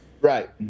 right